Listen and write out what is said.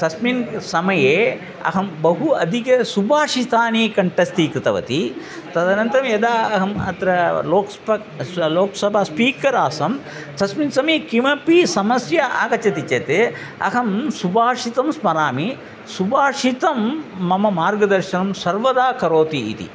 तस्मिन् समये अहं बहु अधिक सुभाषितानि कण्टस्थी कृतवती तदनन्तरं यदा अहम् अत्र लोकसभा लोकसभा स्पीकर् आसम् तस्मिन् समये किमपि समस्या आगच्छति चेत् अहं सुभाषितं स्मरामि सुभाषितं मम मार्गदर्शनं सर्वदा करोति इति